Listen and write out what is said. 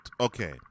Okay